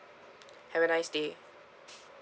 have a nice day